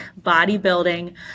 bodybuilding